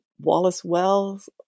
Wallace-Wells